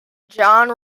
john